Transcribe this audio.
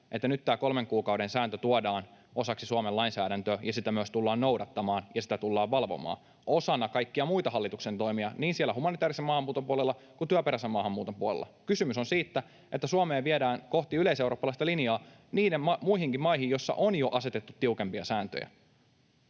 että nyt tämä kolmen kuukauden sääntö tuodaan osaksi Suomen lainsäädäntöä ja sitä myös tullaan noudattamaan ja sitä tullaan valvomaan osana kaikkia muita hallituksen toimia niin humanitaarisen maahanmuuton puolella kuin työperäisen maahanmuuton puolella. Kysymys on siitä, että Suomea viedään kohti yleiseurooppalaista linjaa verrattuna niihin muihin maihin, joissa on jo asetettu tiukempia sääntöjä,